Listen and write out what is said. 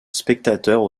spectateurs